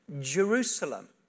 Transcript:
Jerusalem